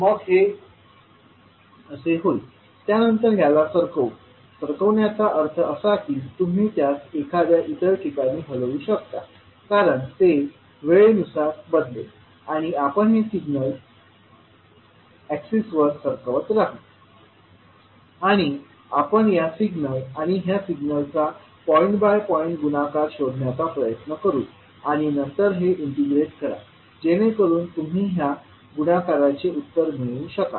मग हे असे होईल नंतर ह्याला सरकवून सरकवण्याचा अर्थ असा की तुम्ही त्यास इतर एखाद्या ठिकाणी हलवू शकता कारण ते वेळेनुसार बदलेल आणि आपण हे सिग्नल एक्सिसवर सरकवत राहू आणि आपण या सिग्नल आणि ह्या सिग्नलचा पॉईंट बाय पॉईंट गुणाकार शोधण्याचा प्रयत्न करू आणि नंतर हे इंटिग्रेट करा जेणेकरून तुम्ही ह्या गुणाकाराचे उत्तर मिळवू शकाल